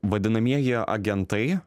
vadinamieji agentai